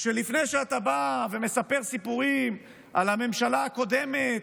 שלפני שאתה בא ומספר סיפורים על הממשלה הקודמת,